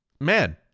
Man